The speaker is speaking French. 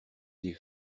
des